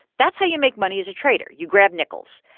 that's how you make money as a trader. you grab nickels.